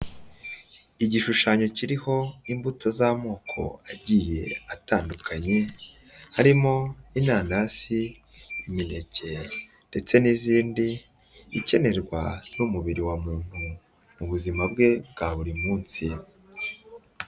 Igishushanyo kiriho imbuto z'amoko agiye atandukanye; harimo inanasi, imineke ndetse n'izindi ikenerwa n'umubiri wa muntu mu buzima bwe bwa buri munsi.